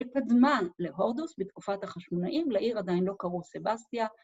‫היא קדמה להורדוס בתקופת החשמונאים, ‫לעיר עדיין לא קראו סבסטיה.